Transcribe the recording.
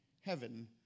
heaven